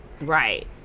Right